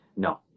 No